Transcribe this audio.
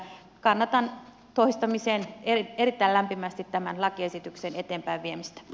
kannatan toistamiseen erittäin lämpimästi tämän lakiesityksen eteenpäinviemistä